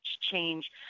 change